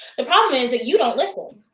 the problem is that you don't listen.